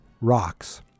rocks